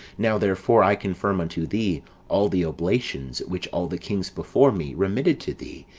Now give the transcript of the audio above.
now, therefore, i confirm unto thee all the oblations which all the kings before me remitted to thee,